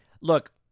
Look